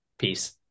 Peace